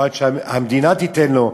או שהמדינה תיתן לו,